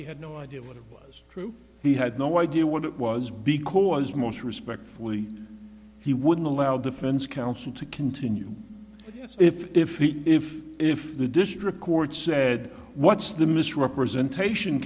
he had no idea what was true he had no idea what it was because most respectfully he wouldn't allow defense counsel to continue if if if if the district court said what's the misrepresentation